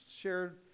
shared